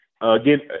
again